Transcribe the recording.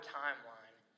timeline